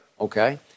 Okay